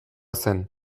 zen